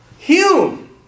Hume